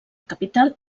capital